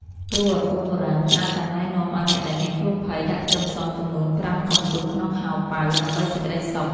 គ្រូអាគមបុរាណច្រើនតែណែនាំឱ្យអ្នកដែលមានគ្រោះភ័យដាក់ខ្ទឹមសចំនួនប្រាំកំពឺសក្នុងហោប៉ៅដើម្បីសេចក្តីសុខ។